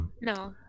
No